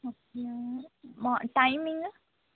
அப்படியா மா டைமிங்கு